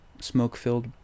smoke-filled